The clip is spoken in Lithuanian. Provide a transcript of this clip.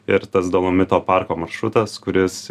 ir tas dolomito parko maršrutas kuris